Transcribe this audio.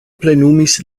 plenumis